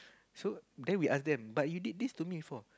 so then we ask them but you did this to me before